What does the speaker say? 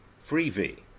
freebie